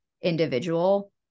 individual